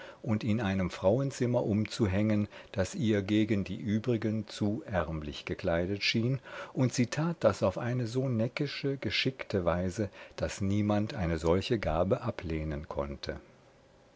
und ihn einem frauenzimmer umzuhängen das ihr gegen die übrigen zu ärmlich gekleidet schien und sie tat das auf eine so neckische geschickte weise daß niemand eine solche gabe ablehnen konnte